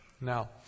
Now